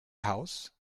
house